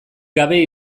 gabe